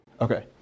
Okay